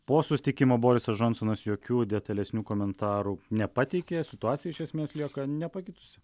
po susitikimo borisas džonsonas jokių detalesnių komentarų nepateikė situacija iš esmės lieka nepakitusi